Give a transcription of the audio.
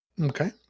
Okay